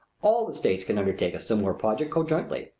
all the states can undertake a similar project conjointly,